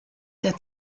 der